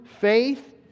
faith